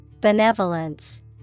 Benevolence